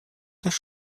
też